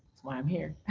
why i'm here.